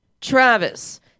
Travis